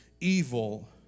evil